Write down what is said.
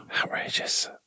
Outrageous